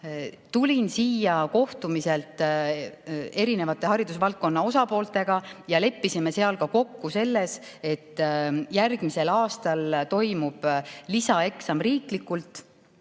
Tulin siia kohtumiselt haridusvaldkonna osapooltega ja leppisime seal kokku selles, et järgmisel aastal toimub lisaeksam riiklikult.